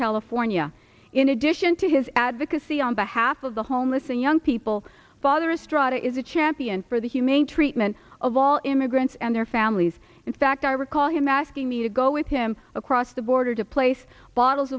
california in addition to his advocacy on behalf of the homeless and young people fathers strada is a champion for the humane treatment of all immigrants and their families in fact i recall him asking me to go with him across the border to place bottles